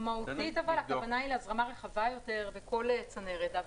מהותית הכוונה היא להזרמה רחבה יותר בכל צנרת במתקן זר.